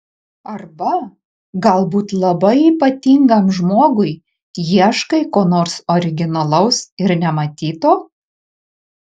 arba galbūt labai ypatingam žmogui ieškai ko nors originalaus ir nematyto